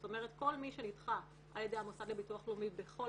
זאת אומרת כל מי שנדחה על ידי המוסד לביטוח לאומי בכל